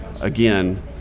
Again